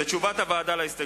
זו תשובת הוועדה להסתייגות.